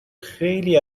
خیلی